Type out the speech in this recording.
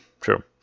true